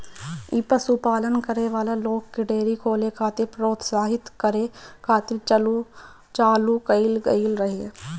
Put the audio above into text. इ पशुपालन करे वाला लोग के डेयरी खोले खातिर प्रोत्साहित करे खातिर चालू कईल गईल रहे